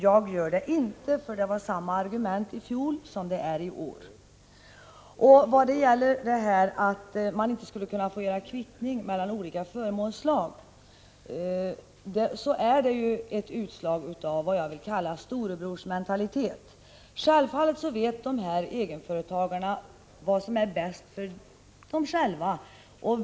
Jag gör det inte, eftersom man hade samma argument i fjol som i år. Det förhållandet att man inte skulle få göra kvittning mellan olika förmånsslag är ett utslag av vad jag vill kalla storebrorsmentalitet. Självfallet vet dessa egenföretagare vad som är bäst för dem.